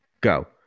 go